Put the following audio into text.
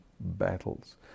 battles